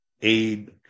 aid